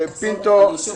שוב